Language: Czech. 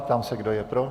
Ptám se, kdo je pro.